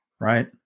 right